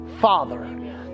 Father